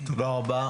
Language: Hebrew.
תודה רבה.